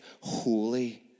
holy